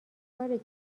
کاریه